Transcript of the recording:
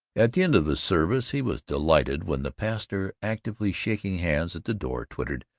at the end of the service he was delighted when the pastor, actively shaking hands at the door, twittered,